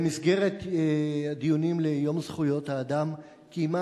במסגרת הדיונים ליום זכויות האדם קיימה